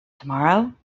tomorrow